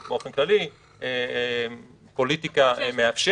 -- ככל שבאופן כללי פוליטיקה מאפשרת,